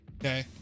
Okay